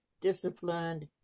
disciplined